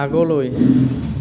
আগলৈ